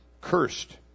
Cursed